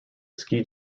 ski